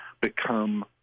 become